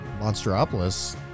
monsteropolis